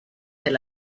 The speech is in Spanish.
del